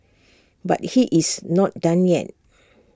but he is not done yet